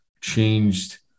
changed